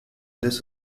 this